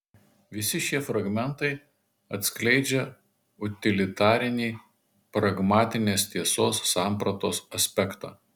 visi šie fragmentai atskleidžia utilitarinį pragmatinės tiesos sampratos aspektą